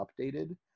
updated